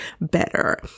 better